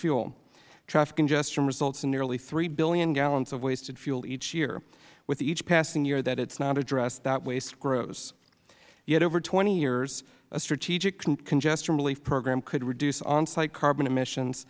fuel traffic congestion results in nearly three billion gallons of wasted fuel each year with each passing year that it is not addressed that waste grows yet over twenty years a strategic congestion relief program could reduce on site carbon emissions